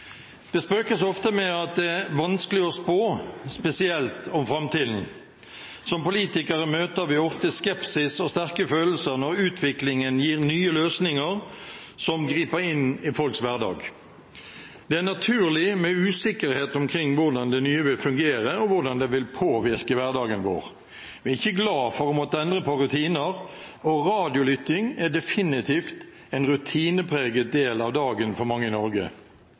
Det spøkes ofte med at det er vanskelig å spå, spesielt om framtiden. Som politikere møter vi ofte skepsis og sterke følelser når utviklingen gir nye løsninger som griper inn i folks hverdag. Det er naturlig med usikkerhet omkring hvordan det nye vil fungere, og hvordan det vil påvirke hverdagen vår. Vi er ikke glad for å måtte endre på rutiner, og radiolytting er definitivt en rutinepreget del av dagen for mange i Norge.